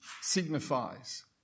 signifies